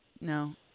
no